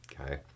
okay